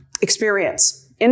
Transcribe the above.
experience